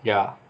ya